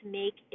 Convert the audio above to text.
make